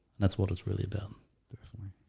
that's what it's really about